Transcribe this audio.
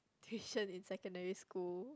tuition in secondary school